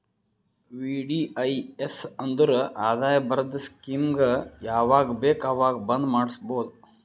VDIS ಅಂದುರ್ ಆದಾಯ ಬರದ್ ಸ್ಕೀಮಗ ಯಾವಾಗ ಬೇಕ ಅವಾಗ್ ಬಂದ್ ಮಾಡುಸ್ಬೋದು